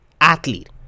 athlete